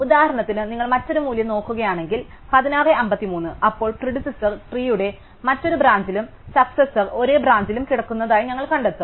ഉദാഹരണത്തിന് നിങ്ങൾ മറ്റൊരു മൂല്യം നോക്കുകയാണെങ്കിൽ 1653 അപ്പോൾ പ്രീഡിസെസാർ ട്രീയുടെ മറ്റൊരു ബ്രാഞ്ചിലും സക്സസാർ ഒരേ ബ്രാഞ്ചിലും കിടക്കുന്നതായി ഞങ്ങൾ കണ്ടെത്തും